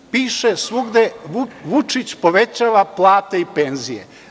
Piše svugde – Vučić povećava plate i penzije.